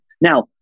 now